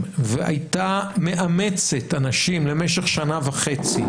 והייתה מאמצת אנשים למשך שנה וחצי,